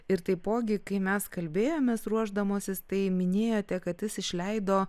ir taipogi kai mes kalbėjomės ruošdamosis tai minėjote kad jis išleido